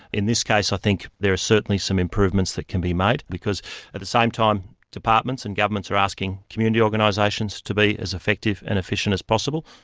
in this case i think there are certainly some improvements that can be made. because at the same time departments and governments are asking community organisations to be as effective and efficient as possible,